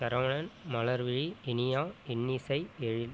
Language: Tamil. சரவணன் மலர்விழி இனியா இன்னிசை எழில்